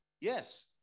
yes